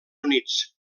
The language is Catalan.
units